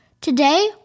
Today